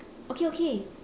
okay okay